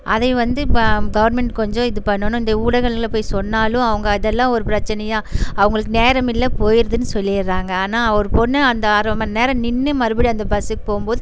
அதை வந்து இப்போ கவர்மெண்ட் கொஞ்சம் இது பண்ணணும் இந்த ஊடகங்களில் போய் சொன்னாலும் அவங்க அதெல்லாம் ஒரு பிரச்சினையா அவர்களுக்கு நேரம் இல்லை போயிடுதுன்னு சொல்லிவிடுறாங்க ஆனால் ஒரு பொண்ணு அந்த அரை மணி நேரம் நின்று மறுபடியும் அந்த பஸ்ஸுக்கு போகும்போது